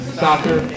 soccer